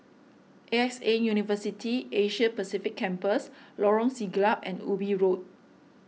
A X A University Asia Pacific Campus Lorong Siglap and Ubi Road